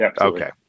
Okay